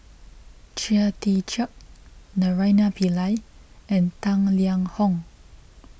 Chia Tee Chiak Naraina Pillai and Tang Liang Hong